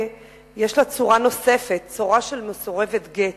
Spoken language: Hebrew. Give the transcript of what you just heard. יש לה צורה נוספת, צורה של מסורבת גט.